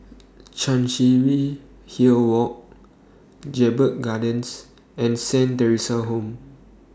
Chancery Hill Walk Jedburgh Gardens and Saint Theresa's Home